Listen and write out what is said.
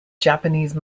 japanese